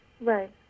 right